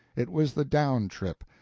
it was the down trip,